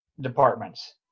departments